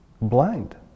Blind